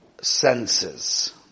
senses